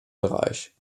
bereich